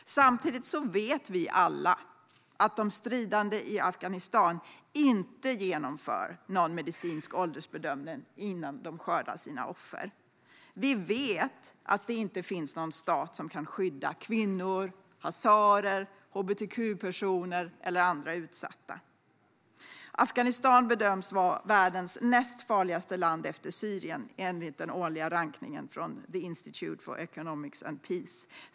Samtidigt vet vi alla att de stridande i Afghanistan inte genomför någon medicinsk åldersbedömning innan de skördar sina offer. Vi vet att det inte finns någon stat som kan skydda kvinnor, hazarer, hbtq-personer eller andra utsatta. Afghanistan bedöms vara världens näst farligaste land efter Syrien, enligt den årliga rankningen från Institute for Economics and Peace.